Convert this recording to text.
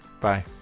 Bye